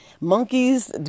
Monkeys